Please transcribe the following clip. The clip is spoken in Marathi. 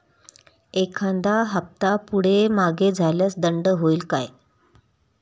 एखादा हफ्ता पुढे मागे झाल्यास दंड होईल काय?